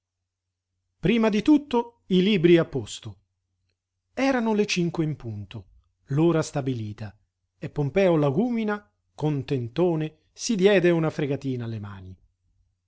prima di tutto i libri a posto erano le cinque in punto l'ora stabilita e pompeo lagúmina contentone si diede una fregatina alle mani